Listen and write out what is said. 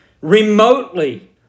remotely